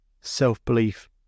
self-belief